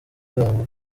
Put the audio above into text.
bwabo